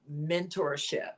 mentorship